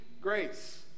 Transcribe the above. grace